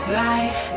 life